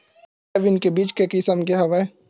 Soybean के बीज के किसम के हवय?